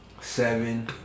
Seven